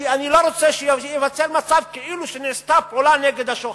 כי אני לא רוצה שייווצר מצב כאילו נעשתה פעולה נגד השוחד.